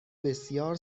بسیار